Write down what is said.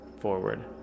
forward